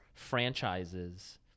franchises